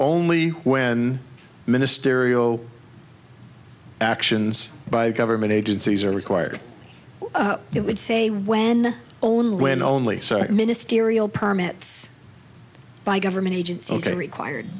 only when ministerial actions by government agencies are required it would say when only when only certain ministerial permits by government agents also required